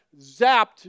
zapped